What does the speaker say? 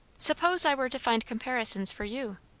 suppose i were to find comparisons for you?